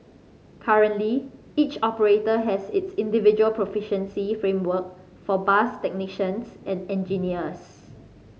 currently each operator has its individual proficiency framework for bus technicians and engineers